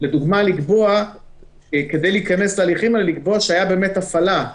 לקבוע שהייתה באמת הפעלה.